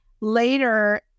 later